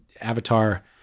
Avatar